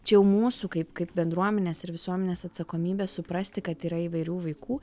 čia jau mūsų kaip kaip bendruomenės ir visuomenės atsakomybė suprasti kad yra įvairių vaikų